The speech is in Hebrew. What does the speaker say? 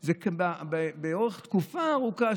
זה לאורך תקופה ארוכה,